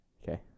Okay